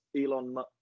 Elon